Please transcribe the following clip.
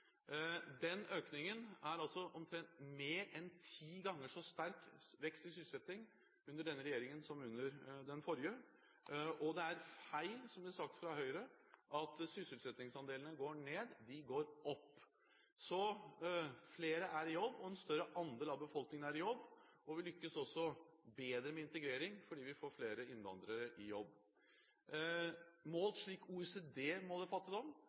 den forrige, og det er feil som det blir sagt fra Høyre, at sysselsettingsandelene går ned – de går opp. Flere er i jobb, en større andel av befolkningen er i jobb, og vi lykkes også bedre med integrering fordi vi får flere innvandrere i jobb. Målt slik OECD måler fattigdom,